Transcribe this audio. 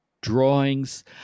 drawings